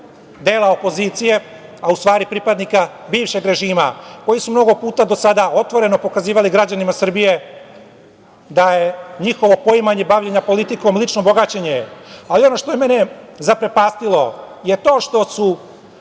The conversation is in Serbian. dela opozicije, a u stvari pripadnika bivšeg režima koji su mnogo puta do sada otvoreno pokazivali građanima Srbije da je njihovo poimanje bavljenja politikom lično bogaćenje. Ono što je mene zaprepastilo je to što su